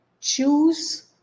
choose